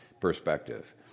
perspective